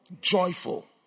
joyful